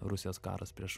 rusijos karas prieš